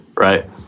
Right